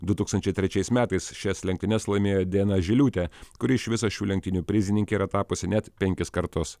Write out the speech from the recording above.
du tūkstančiai trečiais metais šias lenktynes laimėjo diana žiliūtė kuri iš viso šių lenktynių prizininke yra tapusi net penkis kartus